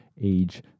age